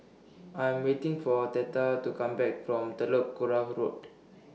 I Am waiting For Theta to Come Back from Telok Kurau Road